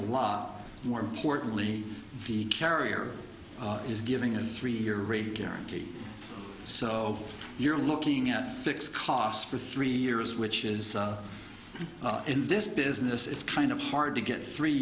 a lot more importantly the carrier is giving a three year a guarantee so you're looking at fixed costs for three years which is in this business it's kind of hard to get three